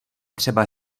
třeba